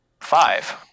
five